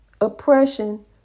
Oppression